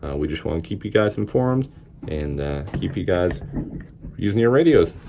we just wanna keep you guys informed and keep you guys using your radios.